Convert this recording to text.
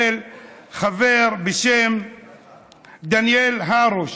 של חבר בשם דניאל הרוש,